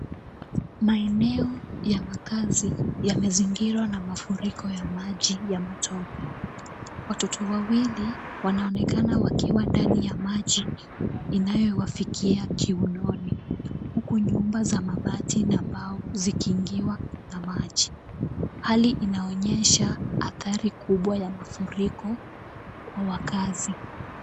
Maeneo ya makazi yamezingirwa na mafuriko ya maji ya matope. Watoto wawili wanaonekana wakiwa ndani ya maji, inayowafikia kiunoni, huku nyumba za mabati na mbao zikiingiwa na maji. Hali inaonyesha adhari kubwa ya mafuriko kwa wakazi.